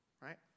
right